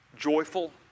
joyful